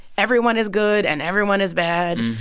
everyone is good, and everyone is bad.